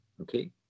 Okay